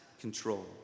control